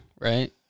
right